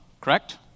correct